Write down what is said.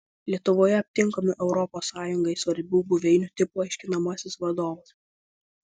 lietuvoje aptinkamų europos sąjungai svarbių buveinių tipų aiškinamasis vadovas